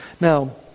Now